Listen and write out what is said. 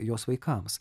jos vaikams